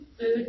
food